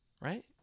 Right